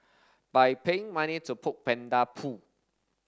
by paying money to poke panda poo